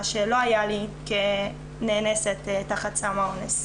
מה שלא היה לי כנאנסת תחת סם האונס.